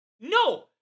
No